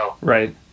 Right